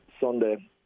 Sunday